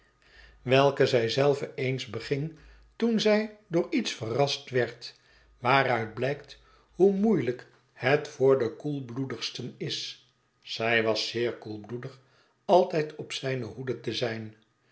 welke zij zelve eens beging toen zij door iets verrast werd waaruit blijkt hoe moeielijk het voor de koelbloedigsten is zij was zeer koelbloedig altijd op zijne hoede te zijn